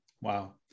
Wow